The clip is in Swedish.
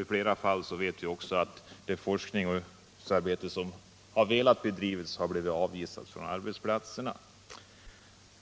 I flera fall vet vi att forskare har blivit avvisade från arbetsplatser.